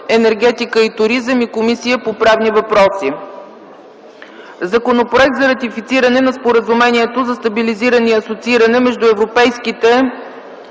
енергетика и туризъм и Комисията по правни въпроси. Законопроект за ратифициране на Споразумението за стабилизиране и асоцииране между Европейската